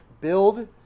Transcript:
Build